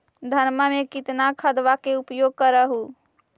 धानमा मे कितना खदबा के उपयोग कर हू?